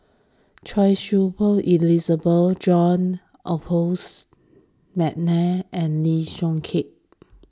Choy Su Moi Elizabeth John Adolphus McNair and Lee Yong Kiat